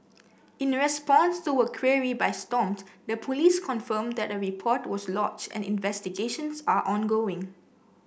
in response to a query by Stomp the police confirmed that a report was lodged and investigations are ongoing